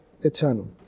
eternal